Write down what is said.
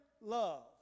love